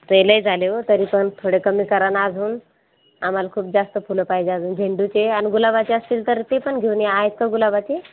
ते लई झाले हो तरी पण थोडे कमी करा ना अजून आम्हाला खूप जास्त फुलं पाहिजे अजून झेंडूचे आणि गुलाबाचे असतील तर ते पण घेऊन या आहेत का गुलाबाचे